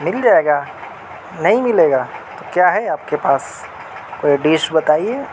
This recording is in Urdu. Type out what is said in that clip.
مل جائے گا نہیں ملے گا تو کیا ہے آپ کے پاس کوئی ڈش بتائیے